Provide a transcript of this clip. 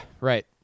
right